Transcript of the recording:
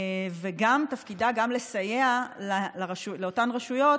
ותפקידה גם לסייע לאותן רשויות